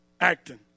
acting